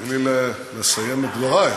אם תיתני לי לסיים את דברי,